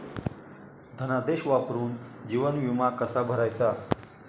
धनादेश वापरून जीवन विमा कसा भरायचा?